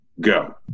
Go